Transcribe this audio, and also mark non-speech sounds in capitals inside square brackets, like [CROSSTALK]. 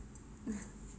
[LAUGHS]